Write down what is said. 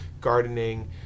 gardening